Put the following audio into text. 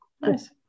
Nice